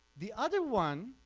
the other one,